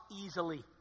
easily